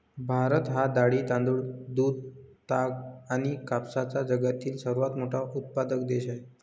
भारत हा डाळी, तांदूळ, दूध, ताग आणि कापसाचा जगातील सर्वात मोठा उत्पादक देश आहे